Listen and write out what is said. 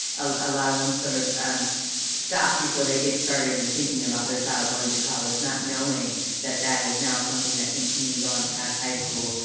a lot of them sort of stop before they get started in thinking about their child going to college not knowing that that is now something that continues on past high school.